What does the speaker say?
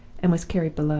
and was carried below.